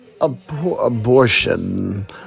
abortion